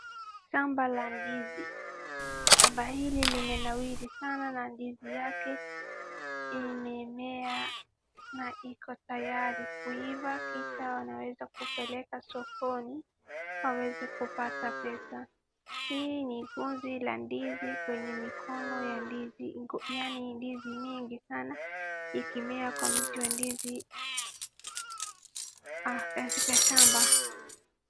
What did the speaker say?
Shamba la ndizi. Shamba hili limenawiri sana na ndizi yake imeimea na iko tayari kuiva kisha wanaweza kupeleka sokoni waweze kupata pesa. Hii ni gunzi la ndizi kwenye mikono ya ndizi yaani ndizi nyingi sana ikimea kwa mti wa ndizi katika shamba.